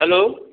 hello